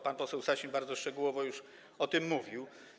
Pan poseł Sasin bardzo szczegółowo już o tym mówił.